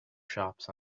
shops